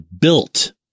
built